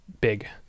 big